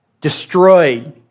destroyed